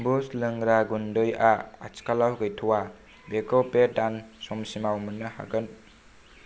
boost लोंग्रा गुन्दैआ आथिखालाव गैथ'आ बेखौ बे दान समसिमाव मोन्नो हागोन